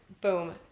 boom